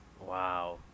Wow